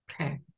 Okay